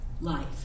life